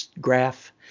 graph